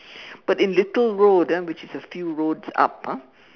but in Little Road ah which is a few roads up ah